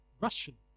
Russian